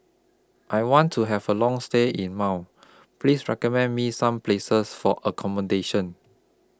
I want to Have A Long stay in Male Please recommend Me Some Places For accommodation